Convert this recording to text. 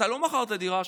אתה לא מכרת דירה שם,